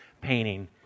painting